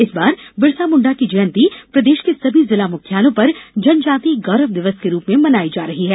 इस बार बिरसामुण्डा की जयंती प्रदेश के सभी जिला मुख्यालयों पर ष्जनजाति गौरव दिवसण् के रूप में मनाई जा रही है